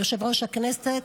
יושב-ראש הכנסת,